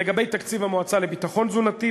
לגבי תקציב המועצה לביטחון תזונתי,